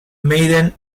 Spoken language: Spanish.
maiden